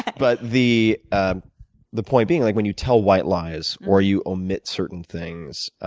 but the ah the point being like when you tell white lies or you omit certain things,